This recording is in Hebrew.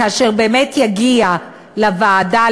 כאשר באמת יגיע לוועדה,